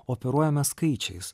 operuojame skaičiais